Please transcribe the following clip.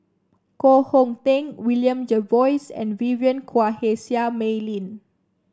Koh Hong Teng William Jervois and Vivien Quahe Seah Mei Lin